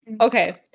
Okay